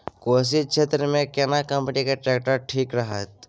कोशी क्षेत्र मे केना कंपनी के ट्रैक्टर ठीक रहत?